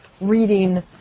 reading